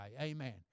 Amen